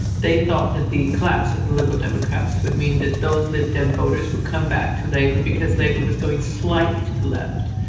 they thought that the collapse of the liberal democrats would mean that those lib dem and voters would come back to labour because labour was going slightly to the left.